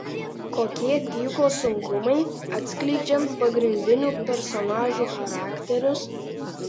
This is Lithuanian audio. kokie tyko sunkumai atskleidžiant pagrindinių personažų charakterius